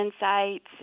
insights